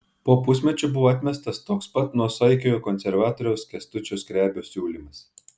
po pusmečio buvo atmestas toks pat nuosaikiojo konservatoriaus kęstučio skrebio siūlymas